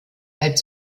als